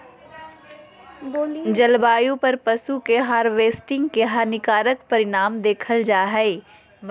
जलवायु पर पशु के हार्वेस्टिंग के हानिकारक परिणाम देखल जा हइ